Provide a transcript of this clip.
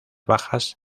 bajas